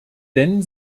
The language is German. denn